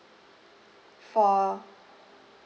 for